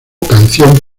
canción